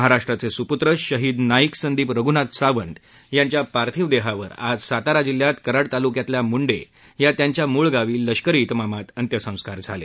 महाराष्ट्राचे सुपूत्र शहीद नाईक संदीप रघुनाथ सावंत यांच्या पार्थीव देहावर आज सातारा जिल्ह्यात कराड तालुक्यातल्या मुंडे या त्यांच्या मूळ गावी लष्करी विमामात अंत्यसंस्कार झाले